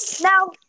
now